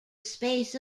space